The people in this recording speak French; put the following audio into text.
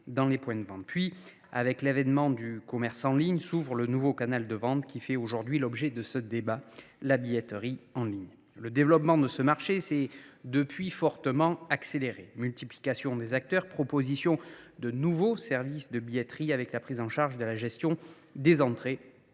vente. Avec l’avènement du commerce en ligne s’est ouvert le nouveau canal de vente qui fait aujourd’hui l’objet de ce débat : la billetterie en ligne. Le développement de ce marché s’est depuis fortement accéléré : multiplication des acteurs, nouveaux services de billetterie proposant la prise en charge de la gestion des entrées